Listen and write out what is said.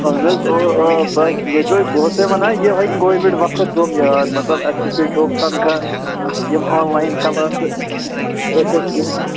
اَہن حظ آ آ بَس مےٚ پیوٚو بہٕ اوسَے وَنان یِہوٚے کووِڈ وقت پیوم یاد مطلب اَسہِ کِتھ کَنۍ کھیوکھ تَنخواہ یِم آن لایِن کَلاسہٕ ٲسۍ أسۍ دِوان